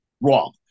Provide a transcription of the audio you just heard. Wrong